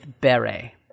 beret